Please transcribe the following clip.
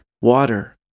water